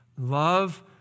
Love